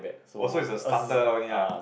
oh so it's a starter only lah